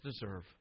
deserve